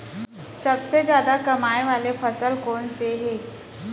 सबसे जादा कमाए वाले फसल कोन से हे?